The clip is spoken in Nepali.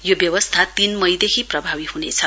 यो व्यवस्था तीन मईदेखि प्रभावी हुनेछ